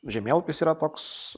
žemėlapis yra toks